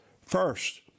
First